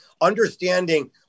understanding